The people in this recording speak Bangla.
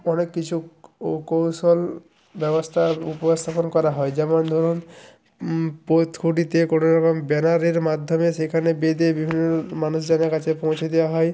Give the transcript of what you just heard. অনেক কিছু কৌশল ব্যবস্থার উপস্থাপন করা হয় যেমন ধরুন পথ খুঁটিতে কোনো রকম ব্যানারের মাধ্যমে সেখানে বেঁধে বিভিন্ন মানুষজনের কাছে পৌঁছে দেওয়া হয়